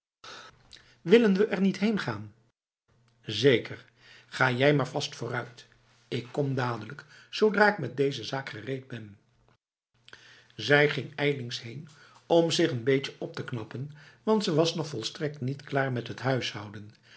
willen we er niet heen gaan zeker ga jij maar vast vooruit ik kom dadelijk zodra ik met deze zaak gereed benf zij ging ijlings heen om zich n beetje op te knappen want ze was nog volstrekt niet klaar met het huishouden